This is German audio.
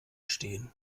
stehen